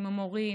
עם המורים,